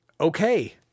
okay